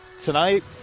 tonight